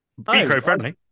Eco-friendly